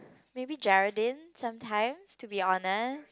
maybe Geraldine sometimes to be honest